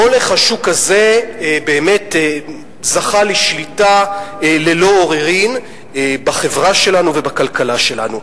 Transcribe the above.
מולך השוק הזה באמת זכה לשליטה ללא עוררין בחברה שלנו ובכלכלה שלנו,